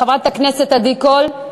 חברת הכנסת עדי קול.